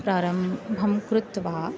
प्रारम्भं कृत्वा